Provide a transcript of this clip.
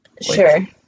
Sure